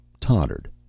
tottered